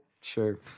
Sure